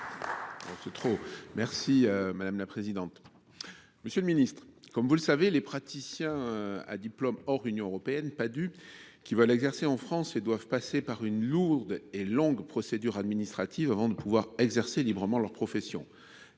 la santé et des solidarités. Monsieur le ministre, comme vous le savez, les praticiens à diplôme hors Union européenne (Padhue) qui veulent exercer en France doivent passer par une lourde et longue procédure administrative avant de pouvoir pratiquer librement leur profession